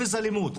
אפס אלימות.